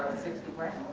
sixty grand.